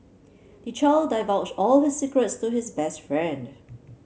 the child divulged all his secrets to his best friend